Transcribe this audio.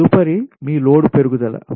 తదుపరి మీ లోడ్ పెరుగుదల